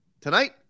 Tonight